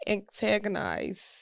Antagonize